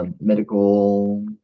medical